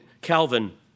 Calvin